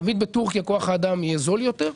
מיד בטורקיה כוח האדם יהיה זול יותר.